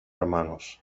hermanos